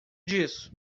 disso